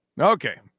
Okay